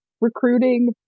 recruiting